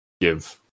give